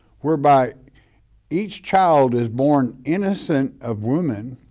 whereby each child is born innocent of woman